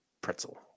pretzel